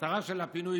והמטרה של הפינוי,